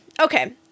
okay